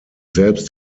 selbst